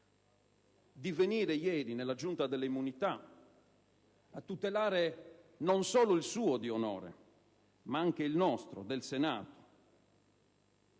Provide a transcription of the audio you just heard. presentarsi ieri alla Giunta delle immunità per tutelare non solo il suo di onore, ma anche il nostro, del Senato,